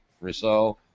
Rousseau